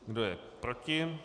Kdo je proti?